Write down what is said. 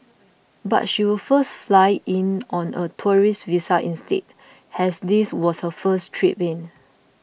but she would first fly in on a tourist visa instead as this was her first trip in